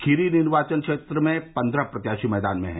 खीरी निर्वाचन क्षेत्र में पन्द्रह प्रत्याशी मैदान में है